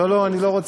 לא, לא, אני לא רוצה.